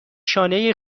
شانه